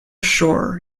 shore